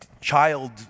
child